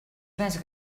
més